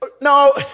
No